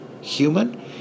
human